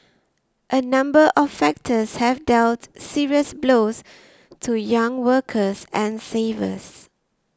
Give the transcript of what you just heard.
a number of factors have dealt serious blows to young workers and savers